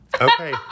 Okay